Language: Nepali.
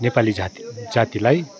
नेपाली जाति जातिलाई